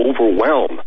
overwhelm